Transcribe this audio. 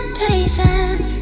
patience